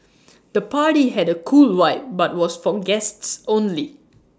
the party had A cool vibe but was for guests only